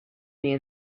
near